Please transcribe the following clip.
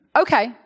Okay